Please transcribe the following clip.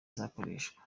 azakoreshwa